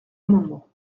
amendement